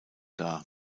dar